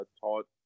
taught